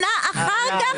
שנה אחר כך,